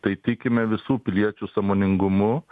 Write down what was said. tai tikime visų piliečių sąmoningumu